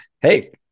Hey